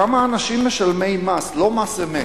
כמה אנשים משלמי מס, לא מס אמת,